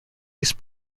east